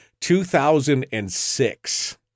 2006